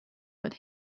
but